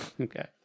okay